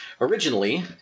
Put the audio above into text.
Originally